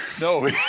no